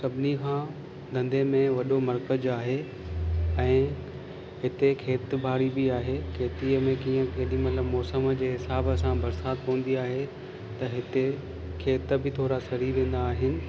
सभिनी खां धंधे में वॾो मर्कज़ु आहे ऐं हिते खेत ॿाड़ी बि आहे खेतीअ में कीअं केॾीमहिल मौसम जे हिसाब सां बरसाति हूंदी आहे त हिते खेत बि थोरा सड़ी वेंदा आहिनि